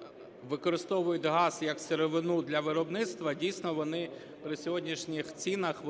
які використовують газ як сировину для виробництва, дійсно, вони при сьогоднішніх цінах